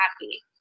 happy